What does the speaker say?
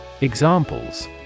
Examples